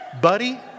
buddy